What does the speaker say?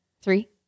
Three